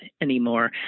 anymore